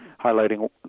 highlighting